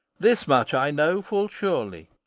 this much i know full surely,